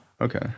Okay